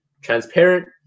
transparent